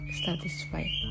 satisfied